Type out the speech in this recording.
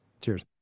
Cheers